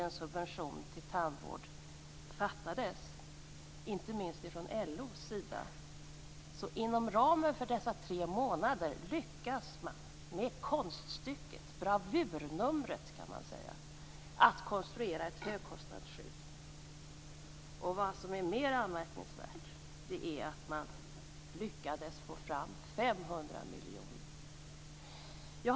Men det anmärkningsvärda är att man, efter denna omfattande kritik mot förslaget, inom ramen för dessa tre månader lyckades med konststycket, bravurnumret, att konstruera ett högkostnadsskydd. Än mer anmärkningsvärt är att man lyckades få fram 500 miljoner.